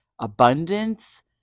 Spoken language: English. abundance